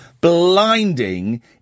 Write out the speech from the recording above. blinding